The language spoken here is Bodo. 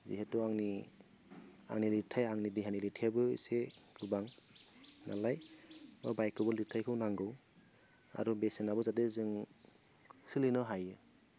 जिहेतु आंनि लिरथाया आंनि लिरथायाबो एसे गोबां नालाय बाइकनिबो लिरथायखौ नांगौ आरो बेसेनाबो जाहाते जों सोलिनो हायो